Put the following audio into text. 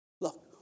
Look